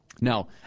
Now